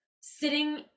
sitting